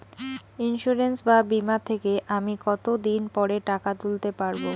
Insurance বা বিমা থেকে আমি কত দিন পরে টাকা তুলতে পারব?